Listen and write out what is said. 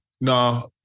no